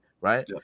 right